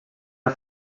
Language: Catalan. una